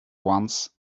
once